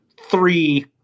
Three